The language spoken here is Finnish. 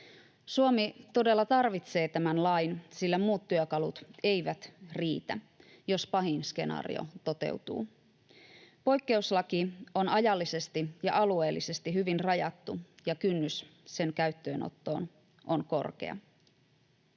Suomi todella tarvitsee tämän lain, sillä muut työkalut eivät riitä, jos pahin skenaario toteutuu. Poikkeuslaki on ajallisesti ja alueellisesti hyvin rajattu, ja kynnys sen käyttöönottoon on korkea.